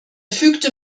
fügte